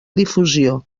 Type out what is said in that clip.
difusió